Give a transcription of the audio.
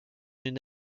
une